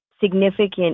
significant